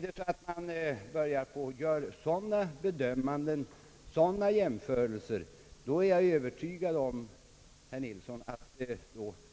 Börjar man på att göra också sådana jämförelser, är jag övertygad om, herr Nilsson, att vi